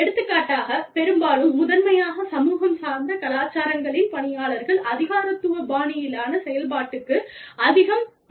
எடுத்துக்காட்டாக பெரும்பாலும் முதன்மையான சமூகம் சார்ந்த கலாச்சாரங்களின் பணியாளர்கள் அதிகாரத்துவ பாணியிலான செயல்பாட்டுக்கு அதிகம் பயன்படுத்தப்படுகிறார்கள்